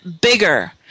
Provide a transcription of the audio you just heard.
bigger